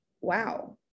wow